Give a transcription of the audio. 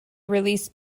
released